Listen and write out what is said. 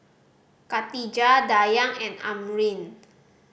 Khatijah Dayang and Amrin